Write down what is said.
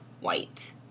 White